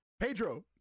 Pedro